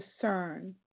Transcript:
discern